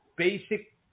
Basic